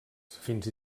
fins